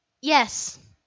Yes